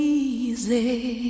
easy